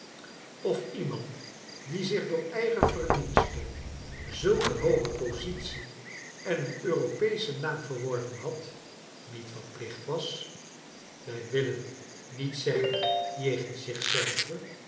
of iemand die zich door eigen verdienste zulk een hooge positie en een europeeschen naam verworven had niet verplicht was wij willen niet zeggen jegens